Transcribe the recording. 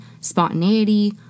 spontaneity